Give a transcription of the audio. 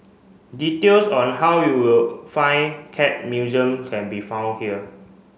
details on how you will find Cat Museum can be found here